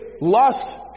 lust